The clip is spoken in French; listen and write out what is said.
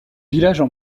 villages